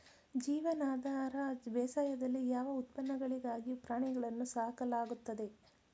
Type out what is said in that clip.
ಜೀವನಾಧಾರ ಬೇಸಾಯದಲ್ಲಿ ಯಾವ ಉತ್ಪನ್ನಗಳಿಗಾಗಿ ಪ್ರಾಣಿಗಳನ್ನು ಸಾಕಲಾಗುತ್ತದೆ?